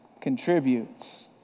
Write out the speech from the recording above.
contributes